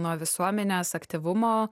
nuo visuomenės aktyvumo